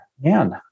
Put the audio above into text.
Man